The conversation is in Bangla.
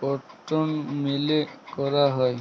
কটন মিলে করাক হয়